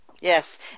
yes